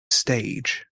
stage